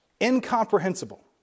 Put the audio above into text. incomprehensible